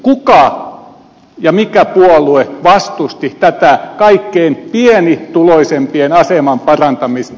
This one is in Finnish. kuka ja mikä puolue vastusti tätä kaikkein pienituloisimpien aseman parantamista